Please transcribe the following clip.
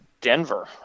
Denver